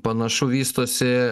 panašu vystosi